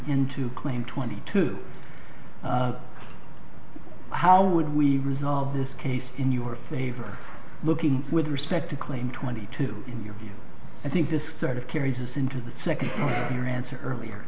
into claim twenty two how would we resolve this case in your favor looking with respect to claim twenty two in your view i think this sort of carries us into the second tier answer her earlier